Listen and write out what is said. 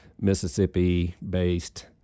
Mississippi-based